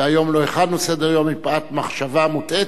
והיום לא הכנו סדר-יום מפאת מחשבה מוטעית,